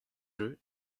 jeu